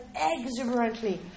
exuberantly